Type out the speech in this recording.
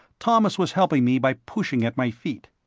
thomas was helping me by pushing at my feet.